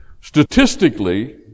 Statistically